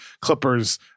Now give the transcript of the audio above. Clippers